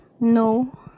No